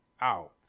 out